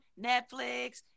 Netflix